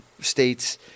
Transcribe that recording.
states